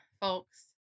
folks